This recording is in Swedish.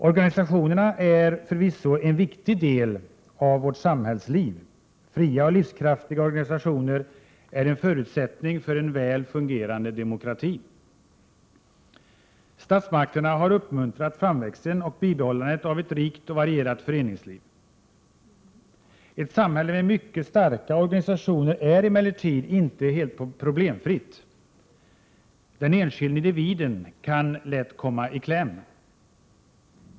Organisationerna är förvisso en viktig del av vårt samhällsliv — fria och livskraftiga organisationer är en förutsättning för en väl fungerande demokrati. Statsmakterna har uppmuntrat framväxten och bibehållandet av ett rikt och varierat föreningsliv. Ett samhälle med mycket starka organisationer är emellertid inte helt problemfritt. Den enskilde individen kan lätt komma i kläm.